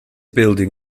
building